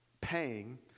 Paying